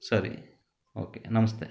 ಸರಿ ಓಕೆ ನಮಸ್ತೆ